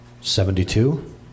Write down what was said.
Seventy-two